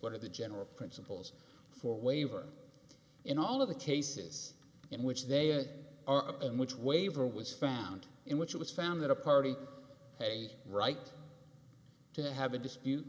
are the general principles for waiver in all of the cases in which there are in which waiver was found in which it was found that a party a right to have a dispute